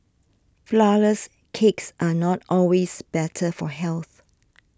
Flourless Cakes are not always better for health